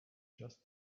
just